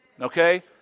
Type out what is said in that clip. Okay